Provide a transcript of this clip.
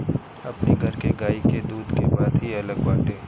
अपनी घर के गाई के दूध के बात ही अलग बाटे